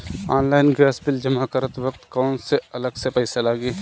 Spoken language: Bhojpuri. ऑनलाइन गैस बिल जमा करत वक्त कौने अलग से पईसा लागी?